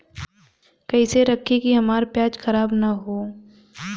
कइसे रखी कि हमार प्याज खराब न हो?